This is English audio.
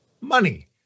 money